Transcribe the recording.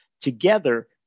together